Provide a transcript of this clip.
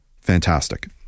fantastic